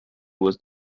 was